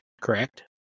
correct